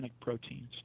proteins